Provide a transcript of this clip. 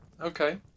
Okay